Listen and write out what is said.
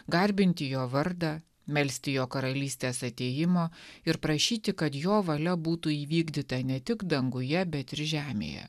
garbinti jo vardą melsti jo karalystės atėjimo ir prašyti kad jo valia būtų įvykdyta ne tik danguje bet ir žemėje